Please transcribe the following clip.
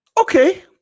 Okay